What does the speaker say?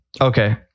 Okay